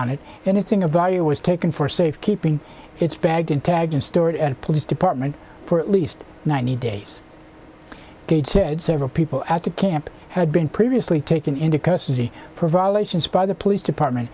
on it anything of value was taken for safe keeping it's bagged and tagged in storage and police department for at least ninety days cade said several people at a camp had been previously taken into custody for violations by the police department